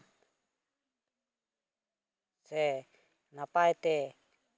ᱥᱮ ᱱᱟᱯᱟᱭᱛᱮ